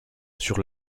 sur